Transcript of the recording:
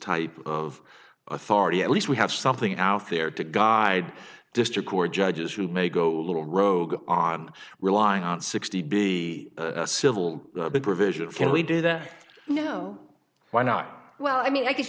type of authority at least we have something out there to guide district court judges who may go a little rogue on relying on sixty be civil provision can we do that you know why not well i mean i guess